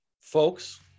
Folks